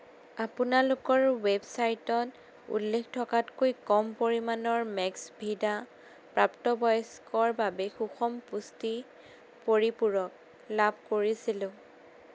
আপোনালোকৰ ৱেবচাইটত উল্লেখ থকাতকৈ কম পৰিমাণৰ মেক্সভিদা প্ৰাপ্তবয়স্কৰ বাবে সুষম পুষ্টি পৰিপূৰক লাভ কৰিছিলোঁ